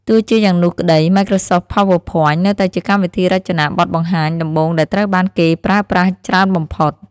ទោះជាយ៉ាងនោះក្ដី Microsoft PowerPoint នៅតែជាកម្មវិធីរចនាបទបង្ហាញដំបូងដែលត្រូវបានគេប្រើប្រាស់ច្រើនបំផុត។